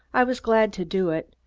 i was glad to do it,